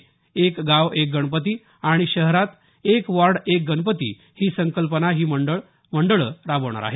एक गाव एक गणपती आणि शहरात एक वॉर्ड एक गणपती ही संकल्पना ही मंडळं राबवणार आहेत